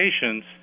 patients